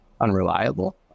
unreliable